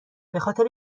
خاطر